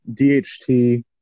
DHT